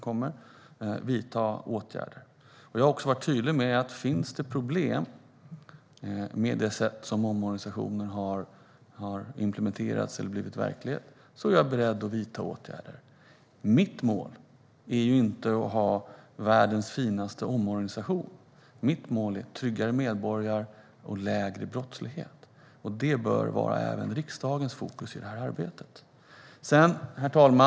Jag har också varit tydlig med att om det finns problem med det sätt som omorganisationen har implementerats på är jag beredd att vidta åtgärder. Mitt mål är inte att ha världens finaste omorganisation, utan mitt mål är tryggare medborgare och lägre brottslighet. Detta bör vara även riksdagens fokus i det arbetet. Herr talman!